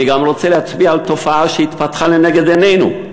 אני גם רוצה להצביע על תופעה שהתפתחה לנגד עינינו: